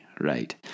right